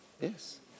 Yes